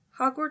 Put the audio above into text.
hogwarts